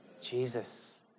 Jesus